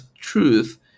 truth